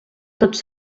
tots